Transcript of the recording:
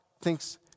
thinks